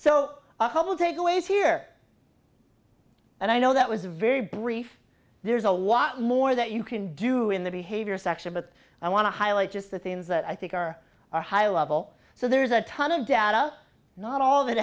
takeaways here and i know that was very brief there's a lot more that you can do in the behavior section but i want to highlight just the things that i think are are high level so there's a ton of data not all that